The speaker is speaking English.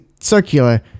circular